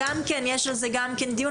יש על זה דיון,